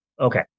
Okay